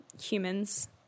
humans